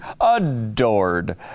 adored